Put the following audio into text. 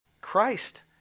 Christ